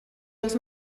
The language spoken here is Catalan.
els